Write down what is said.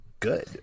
Good